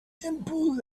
simple